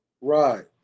Right